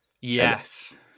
Yes